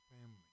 family